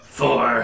four